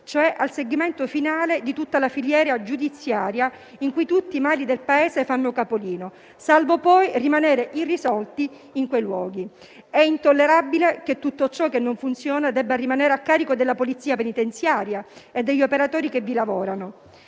cioè il segmento finale di tutta la filiera giudiziaria in cui tutti i mali del Paese fanno capolino, salvo poi rimanere irrisolti in quei luoghi. È intollerabile che tutto ciò che non funziona debba rimanere a carico della polizia penitenziaria e degli operatori che vi lavorano,